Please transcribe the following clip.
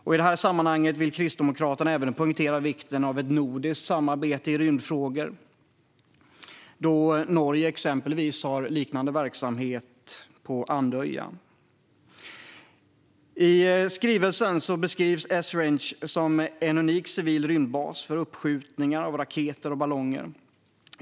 I det sammanhanget vill Kristdemokraterna även poängtera vikten av ett nordiskt samarbete i rymdfrågor, då Norge exempelvis har liknande verksamhet på Andøya. I skrivelsen beskrivs Esrange som en unik civil rymdbas för uppskjutningar av raketer och ballonger.